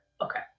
Okay